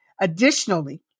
Additionally